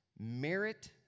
merit